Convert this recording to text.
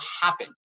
happen